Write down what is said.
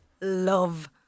Love